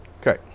Okay